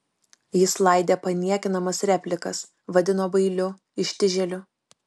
jis laidė paniekinamas replikas vadino bailiu ištižėliu